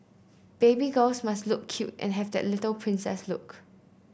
baby girls must look cute and have that little princess look